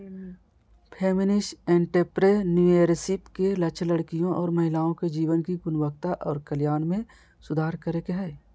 feminist entrepreneurship के लक्ष्य लड़कियों और महिलाओं के जीवन की गुणवत्ता और कल्याण में सुधार करे के हय